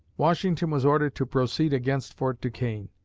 washington was ordered to proceed against fort duquesne.